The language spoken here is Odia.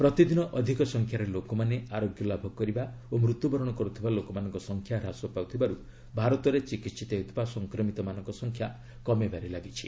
ପ୍ରତିଦିନ ଅଧିକ ସଂଖ୍ୟାରେ ଲୋକମାନେ ଆରୋଗ୍ୟଲାଭ କରିବା ଓ ମୃତ୍ୟୁବରଣ କରୁଥିବା ଲୋକମାନଙ୍କ ସଂଖ୍ୟା ହ୍ରାସ ପାଉଥିବାରୁ ଭାରତରେ ଚିକିିିିତ ହେଉଥିବା ସଂକ୍ରମିତମାନଙ୍କ ସଂଖ୍ୟା କମିବାରେ ଲାଗିଛି